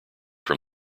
from